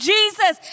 Jesus